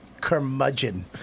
curmudgeon